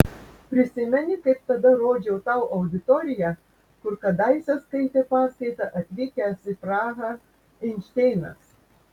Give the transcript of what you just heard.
prisimeni kaip tada rodžiau tau auditoriją kur kadaise skaitė paskaitą atvykęs į prahą einšteinas